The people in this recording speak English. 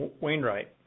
Wainwright